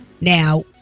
Now